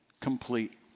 complete